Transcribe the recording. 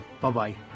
Bye-bye